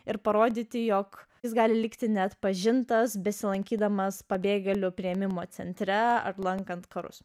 ir parodyti jog jis gali likti neatpažintas besilankydamas pabėgėlių priėmimo centre ar lankant karus